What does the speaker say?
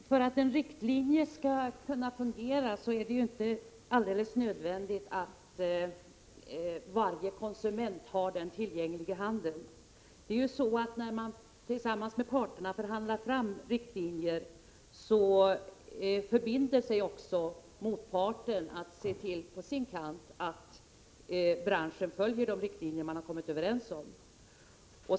Herr talman! För att riktlinjerna skall kunna fungera är det inte nödvändigt att varje konsument har dem tillgängliga i handen. När parterna förhandlar fram riktlinjer förbinder sig också motparten att på sin kant se till att branschen följer de riktlinjer man kommit överens om.